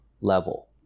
level